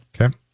Okay